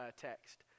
text